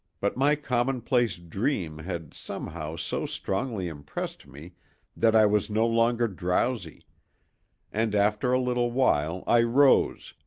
but my commonplace dream had somehow so strongly impressed me that i was no longer drowsy and after a little while i rose,